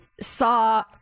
saw